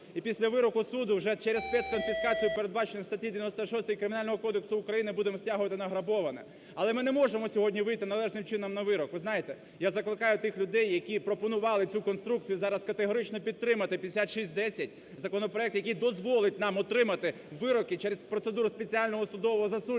і після вироку суду вже через спецконфіскацію, передбачену у статті 96 Кримінального кодексу України, будемо стягувати награбоване. Але ми не можемо сьогодні вийти належним чином на вирок, ви знаєте. Я закликаю тих людей, які пропонували цю конструкцію, зараз категорично підтримати 5610 – законопроект, який дозволить нам отримати вироки через процедуру спеціального судового засудження.